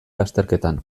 lasterketan